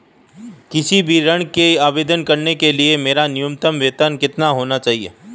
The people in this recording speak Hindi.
किसी भी ऋण के आवेदन करने के लिए मेरा न्यूनतम वेतन कितना होना चाहिए?